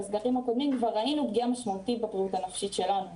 בסגרים הקודמים כבר ראינו פגיעה משמעותית בבריאות הנפשית שלנו,